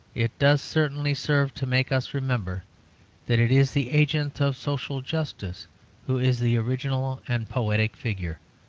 it does certainly serve to make us remember that it is the agent of social justice who is the original and poetic figure,